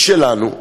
היא שלנו,